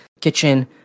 kitchen